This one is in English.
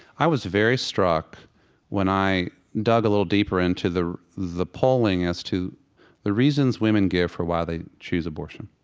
i was very struck when i dug a little deeper into the the polling as to the reasons women give for why they choose abortion.